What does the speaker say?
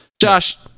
josh